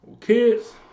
Kids